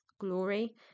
glory